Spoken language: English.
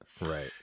Right